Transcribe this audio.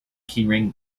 keyring